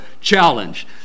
challenge